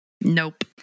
Nope